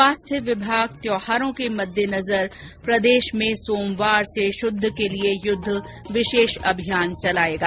स्वास्थ्य विभाग त्यौहारों के मद्देनजर सोमवार से शुद्ध के लिये युद्ध विशेष अभियान चलाएगा